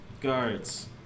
Guards